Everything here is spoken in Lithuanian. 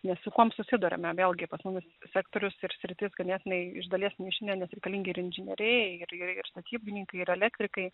nes su kuom susiduriame vėlgi pas mumis sektorius ir sritis ganėtinai iš dalies mašininė reikalingi ir inžinieriai ir ir ir statybininkai ir elektrikai